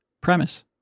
premise